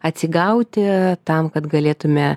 atsigauti tam kad galėtume